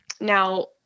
Now